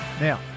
Now